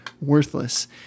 worthless